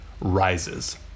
rises